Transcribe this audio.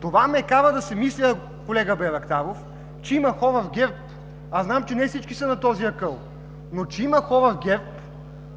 Това ме кара да си мисля, колега Байрактаров, че има хора в ГЕРБ, знам, че не всички са на този акъл, но че има хора,